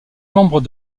membre